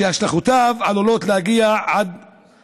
שהשלכותיו עלולות להגיע עד